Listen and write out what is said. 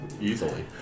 Easily